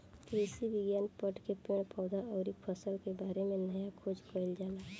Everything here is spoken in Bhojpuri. कृषि विज्ञान पढ़ के पेड़ पौधा अउरी फसल के बारे में नया खोज कईल जाला